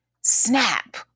snap